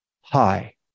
Hi